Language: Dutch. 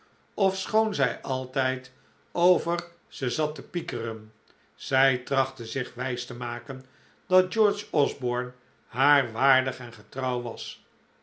ofschoon zij altijd over ze zat te piekeren zij trachtte zich wijs te maken dat george osborne haar waardig en getrouw was